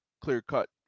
clear-cut